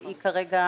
והיא כרגע